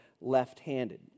left-handed